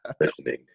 listening